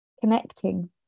connecting